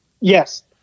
Yes